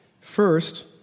First